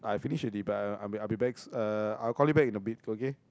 I finish already but I'm I'll be back uh I will call you back in a bit okay